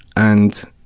and